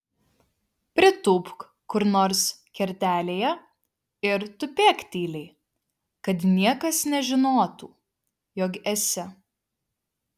pritūpk kur nors kertelėje ir tupėk tyliai kad niekas nežinotų jog esi